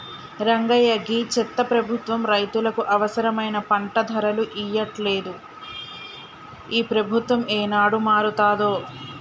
రంగయ్య గీ చెత్త ప్రభుత్వం రైతులకు అవసరమైన పంట ధరలు ఇయ్యట్లలేదు, ఈ ప్రభుత్వం ఏనాడు మారతాదో